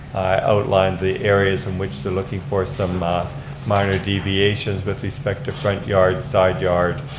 outlined the areas in which they're looking for some minor deviations, with respect to front yard, side yard,